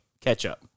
catch-up